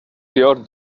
your